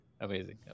Amazing